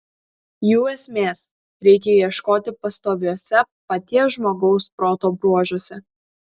jų esmės reikia ieškoti pastoviuose paties žmogaus proto bruožuose